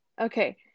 Okay